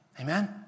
Amen